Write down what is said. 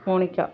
Monica